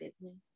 business